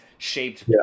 Shaped